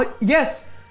Yes